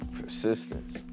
persistence